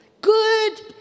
Good